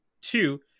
two